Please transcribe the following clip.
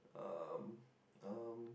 um um